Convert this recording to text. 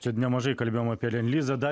čia nemažai kalbėjom apie lendlizą dar